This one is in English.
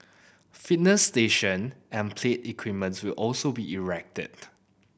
fitness station and play equipments will also be erected